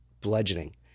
bludgeoning